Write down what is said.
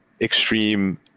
extreme